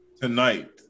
tonight